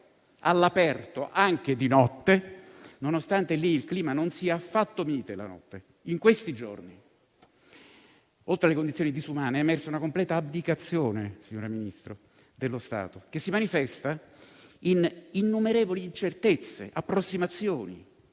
all'aperto, anche di notte, nonostante lì il clima non sia affatto mite la notte. In questi giorni, oltre alle condizioni disumane, è emersa una completa abdicazione, signora Ministro, dello Stato che si manifesta in innumerevoli incertezze, approssimazioni,